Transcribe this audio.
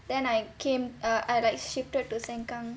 then I came err I like shifted to sengkang